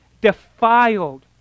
defiled